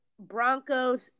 Broncos